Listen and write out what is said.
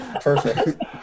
perfect